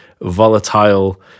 volatile